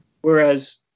whereas